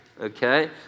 okay